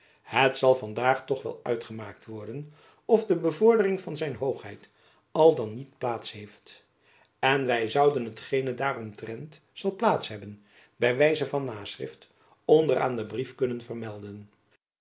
het zal van daag toch wel uitgemaakt worden of de bevordering van zijn hoogheid al dan niet plaats heeft en wy zouden hetgene daaromtrent zal plaats hebben by wijze van naschrift onder aan den brief kunnen vermelden